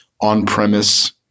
on-premise